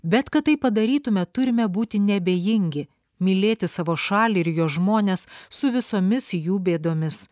bet kad tai padarytume turime būti neabejingi mylėti savo šalį ir jos žmones su visomis jų bėdomis